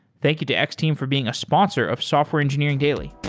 thank you to x-team for being a sponsor of software engineering daily